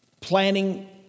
planning